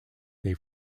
they